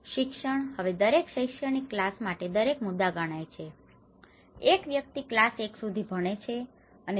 શિક્ષણ હવે દરેક શૈક્ષણિક ક્લાસ માટે દરેક મુદ્દા ગણાય છે અને એક વ્યક્તિ ક્લાસ 1 સુધી ભણે છે અને 0